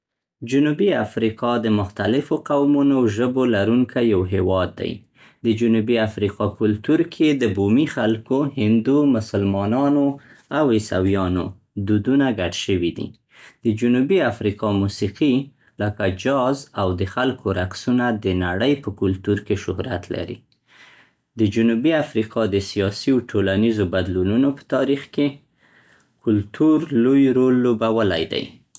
جنوبي افریقا د مختلفو قومونو او ژبو لرونکی یو هېواد دی. د جنوبي افریقا کلتور کې د بومي خلکو، هندو، مسلمانانو او عیسویانو دودونه ګډ شوي دي. د جنوبي افریقا موسیقي لکه جاز او د خلکو رقصونه د نړۍ په کلتور کې شهرت لري. د جنوبي افریقا د سیاسي او ټولنیزو بدلونونو په تاریخ کې کلتور لوی رول لوبولی دی.